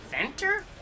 inventor